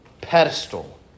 pedestal